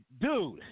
Dude